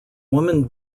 woman